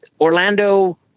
Orlando